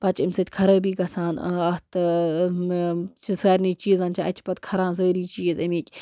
پَتہٕ چھِ اَمہِ سۭتۍ خرٲبی گژھان اَتھ چھِ سارنی چیٖزَن چھِ اَتہِ چھِ پَتہٕ کھَران سٲری چیٖز أمِکۍ